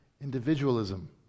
individualism